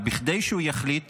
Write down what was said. וכדי שהוא יחליט